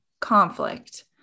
conflict